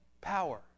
power